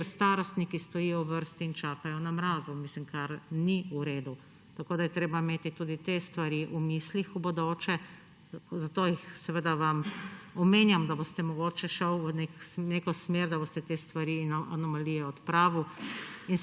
kjer starostniki stojijo v vrsti in čakajo na mrazu, kar ni v redu. Tako da je treba v bodoče imeti tudi te stvari v mislih. Zato jih vam omenjam, da boste mogoče šli v neko smer, da boste te stvari in anomalije odpravili.